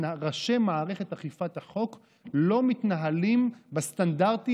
ראשי מערכת אכיפת החוק לא מתנהלים בסטנדרטים